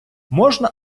можна